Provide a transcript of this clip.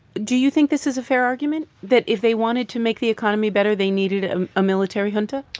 do you think this is a fair argument that if they wanted to make the economy better, they needed ah a military junta?